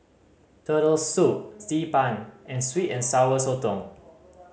Turtle Soup Xi Ban and sweet and Sour Sotong